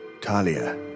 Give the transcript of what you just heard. Talia